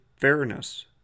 Fairness